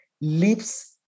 lips